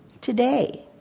today